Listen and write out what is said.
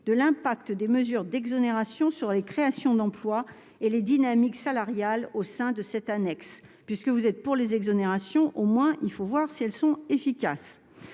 de l'impact des mesures d'exonération sur les créations d'emplois et les dynamiques salariales au sein de cette annexe. Puisque vous êtes favorables aux exonérations, voyons au moins si elles sont efficaces